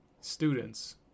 students